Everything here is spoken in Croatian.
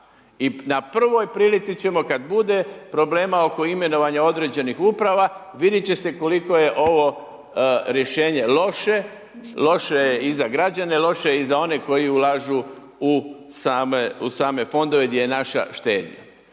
I na prvoj prilici ćemo kad bude problema oko imenovanja određenih uprava vidjet će se koliko je ovo … rješenje loše, loše je i za građana, loše je i za one koji ulažu u same Fondove gdje je naša štednja.